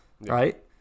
right